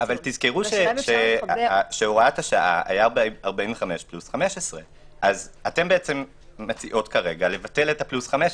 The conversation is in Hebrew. -- תזכרו שהוראת השעה היה בה 45 פלוס 15. אתן מציעות לבטל את הפלוס 15,